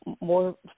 more